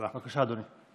בבקשה, אדוני.